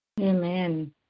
Amen